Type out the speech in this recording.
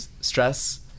Stress